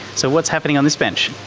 so what's happening on this bench?